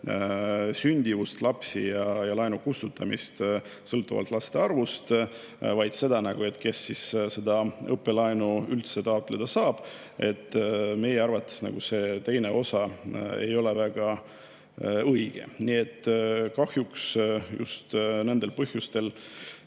sündimust, laenu kustutamist sõltuvalt laste arvust, vaid puudutab seda, kes õppelaenu üldse taotleda saab – meie arvates see teine osa ei ole õige. Nii et kahjuks just nendel põhjustel